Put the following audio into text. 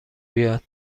بیاد